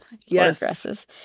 Yes